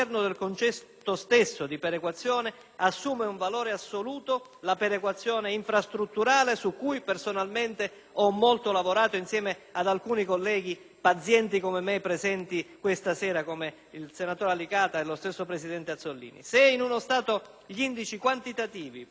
assume un valore assoluto la perequazione infrastrutturale, su cui personalmente ho molto lavorato insieme ad alcuni colleghi, pazienti come me, e presenti qui stasera, quali il senatore Alicata e il presidente Azzollini. Se in uno Stato gli indici quantitativi, per unità di territorio o di abitanti,